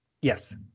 Yes